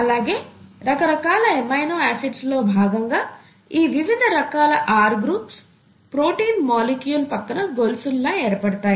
అలాగే రకరకాల amino acids లో భాగంగా ఈ వివిధ రకాల R గ్రూప్స్ ప్రోటీన్ మాలిక్యూల్ పక్కన గొలుసుల్లా ఏర్పడుతాయి